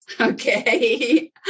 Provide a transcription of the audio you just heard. Okay